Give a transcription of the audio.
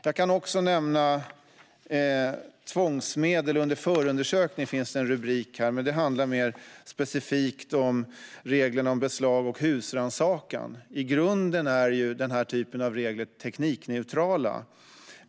Det finns en rubrik som nämner tvångsmedel under förundersökning, men det handlar mer specifikt om reglerna för beslag och husrannsakan. I grunden är denna typ av regler teknikneutrala.